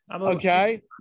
Okay